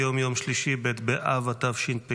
היום יום שלישי ב' באב התשפ"ד,